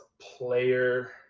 player